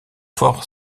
forts